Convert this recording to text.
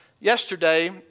Yesterday